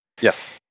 Yes